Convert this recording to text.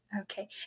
Okay